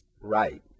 Right